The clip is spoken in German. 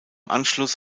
anschluss